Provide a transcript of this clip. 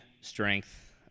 strength